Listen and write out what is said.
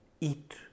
eat